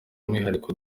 umwihariko